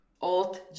Old